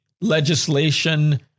legislation